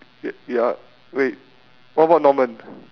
y~ ya wait what about norman